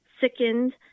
sickened